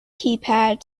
keypad